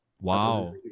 Wow